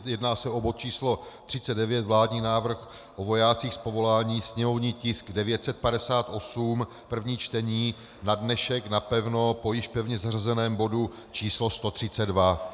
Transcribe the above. Jedná se o bod číslo 39, vládní návrh o vojácích z povolání, sněmovní tisk 958, první čtení, na dnešek napevno po již pevně zařazeném bodu číslo 132.